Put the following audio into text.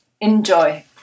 Enjoy